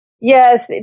Yes